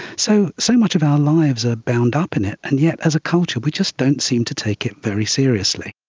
so, so much of our lives are bound up in it, and yet as a culture we just don't seem to take it very seriously.